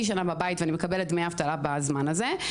שנה בבית ואני מקבלת דמי אבטלה בזמן הזה,